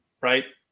right